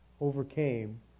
overcame